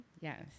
Yes